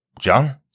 John